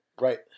Right